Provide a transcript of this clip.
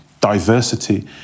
Diversity